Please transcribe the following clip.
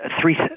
three